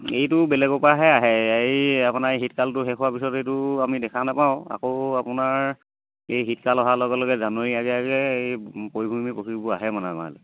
এইটো বেলেগৰপৰাহে আহে এই আপোনাৰ শীতকালটো শেষ হোৱাৰ পিছত এইটো আমি দেখা নাপাওঁ আকৌ আপোনাৰ এই শীতকাল অহাৰ লগে লগে জানুৱাৰী আগে আগে এই পৰিভ্ৰমী পক্ষীবোৰ আহে মানে আমাৰ ইয়ালৈ